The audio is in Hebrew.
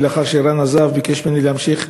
ולאחר שרן עזב הוא ביקש ממני להמשיך